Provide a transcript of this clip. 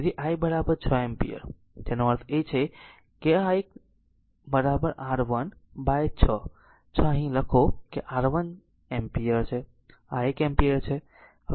તેથી I 6 ampere તેનો અર્થ એ છે કે આ એક r 1 બાય 6 6 અહીં લખો કે r 1 એમ્પીયર છે આ 1 એમ્પીયર છે